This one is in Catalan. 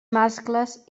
mascles